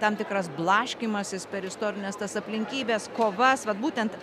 tam tikras blaškymasis per istorines tas aplinkybes kovas vat būtent